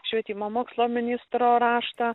švietimo mokslo ministro raštą